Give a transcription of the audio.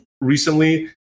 recently